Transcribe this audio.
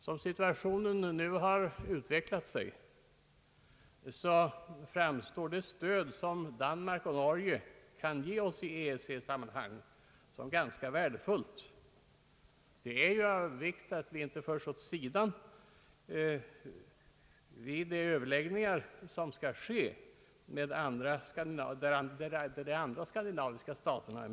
Som situationen nu utvecklat sig framstår det stöd, som Danmark och Norge kan ge oss i EEC-sammanhang, såsom ganska värdefullt. Det är ju av vikt att Sverige inte förs åt sidan vid de överläggningar som skall äga rum med de andra skandinaviska staterna.